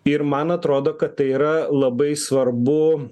ir man atrodo kad tai yra labai svarbu